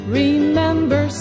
remember